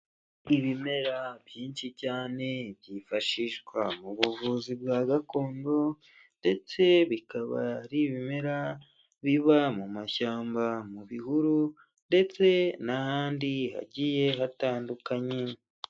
Ibimera byinshi cyane byifashishwa mu buvuzi bwa gakondo ndetse bikaba ari ibimera biba mu mashyamba, mu bihuru ndetse n'ahandi hagiye hatandukanye.